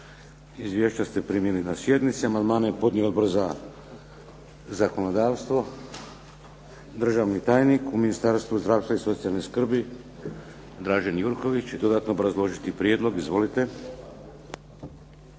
Izvješća ste primili na sjednici. Amandmane je podnio Odbor za zakonodavstvo. Državni tajnik u Ministarstvu zdravstva i socijalne skrbi, Dražen Jurković će dodatno obrazložiti prijedlog. Izvolite.